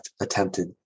attempted